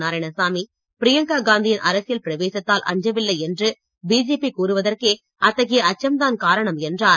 நாராயணசாமி பிரியங்கா காந்தி யின் அரசியல் பிரவேசத்தால் அஞ்சவில்லை என்று பிஜேபி கூறுவதற்கே அத்தகைய அச்சம்தான் காரணம் என்றார்